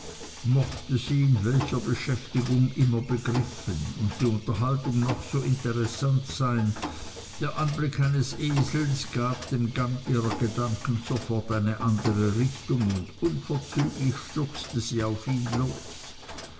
mochte sie in welcher beschäftigung immer begriffen und die unterhaltung noch so interessant sein der anblick eines esels gab dem gang ihrer gedanken sofort eine andere richtung und unverzüglich stürzte sie auf ihn los